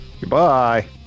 Goodbye